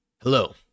Hello